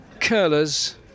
curlers